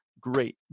great